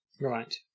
Right